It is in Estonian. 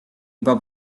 juba